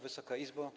Wysoka Izbo!